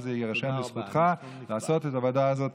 וזה יירשם לזכותך לעשות את הוועדה הזאת,